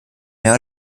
mehr